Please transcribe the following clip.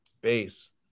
base